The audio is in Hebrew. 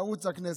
לערוץ הכנסת,